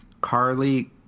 Carly